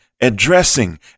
addressing